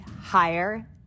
Higher